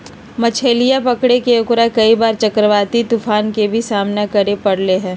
मछलीया पकड़े में ओकरा कई बार चक्रवाती तूफान के भी सामना करे पड़ले है